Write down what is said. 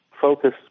focus